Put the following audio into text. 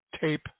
tape